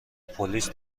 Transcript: پلیس